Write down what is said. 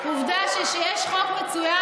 עובדה שכשיש חוק מצוין,